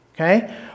okay